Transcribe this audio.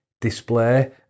display